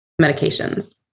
medications